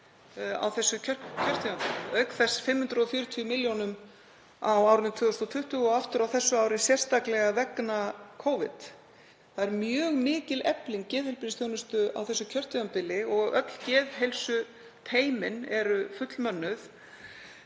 Það er mjög mikil efling geðheilbrigðisþjónustu á þessu kjörtímabili og öll geðheilsuteymin eru fullmönnuð.